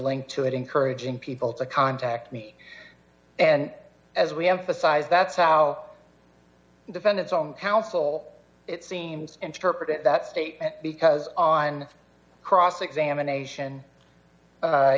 linked to it encouraging people to contact me and as we emphasize that's how defendants on council it seems interpret that statement because on cross examination